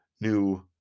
new